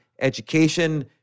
education